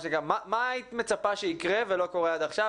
מה היית מצפה שיקרה ולא קורה עד עכשיו?